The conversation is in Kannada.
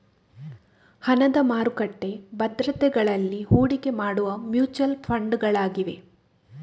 ಹಣದ ಮಾರುಕಟ್ಟೆ ಭದ್ರತೆಗಳಲ್ಲಿ ಹೂಡಿಕೆ ಮಾಡುವ ಮ್ಯೂಚುಯಲ್ ಫಂಡುಗಳಾಗಿವೆ